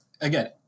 again